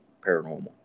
paranormal